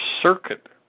circuit